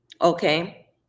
okay